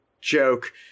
joke